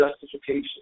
justification